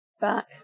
back